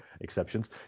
exceptions